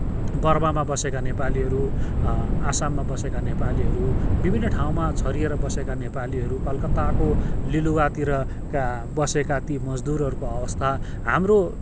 बर्मामा बसेका नेपालीहरू आसाममा बसेका नेपालीहरू विभिन्न ठाउँमा छरिएर बसेका नेपालीहरू कलकत्ताको लिलुआतिरका बसेका ती मजदुरहरूको अवस्था हाम्रो